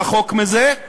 רחוק מזה,